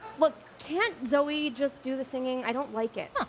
look, can't zoey just do the singing? i don't like it.